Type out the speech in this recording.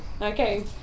Okay